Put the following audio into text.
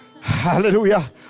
Hallelujah